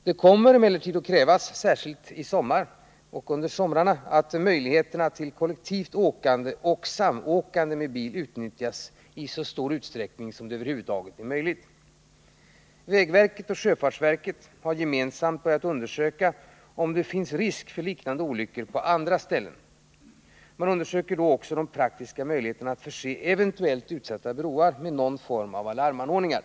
Det kommer emellertid att krävas — särskilt under sommartid —att möjligheterna till kollektivt åkande och samåkande med bil utnyttjas i så stor utsträckning som det över huvud taget är möjligt. Vägverket och sjöfartsverket har gemensamt börjat undersöka om det föreligger risk för liknande olyckor på andra ställen. Härvid undersöks också de praktiska möjligheterna att förse eventuellt utsatta broar med någon form av alarmanordningar.